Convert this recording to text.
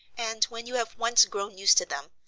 and when you have once grown used to them,